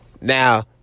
now